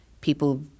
people